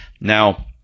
Now